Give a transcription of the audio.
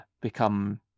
become